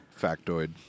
factoid